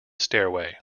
stairway